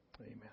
amen